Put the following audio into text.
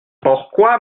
pourquoi